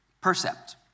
percept